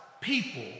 people